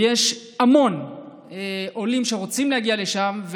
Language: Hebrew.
ויש המון עולים שרוצים להגיע לשם,